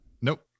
Nope